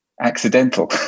accidental